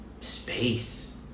space